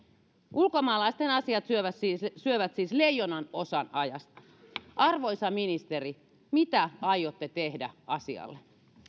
ulkomaalaisten asiat syövät siis leijonanosan ajasta arvoisa ministeri mitä aiotte tehdä asialle